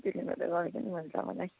त्यसले गर्दा गरेको नि मैले तपाईँलाई